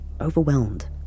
overwhelmed